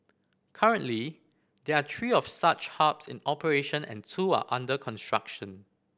currently there are three of such hubs in operation and two are under construction